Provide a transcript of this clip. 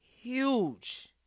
huge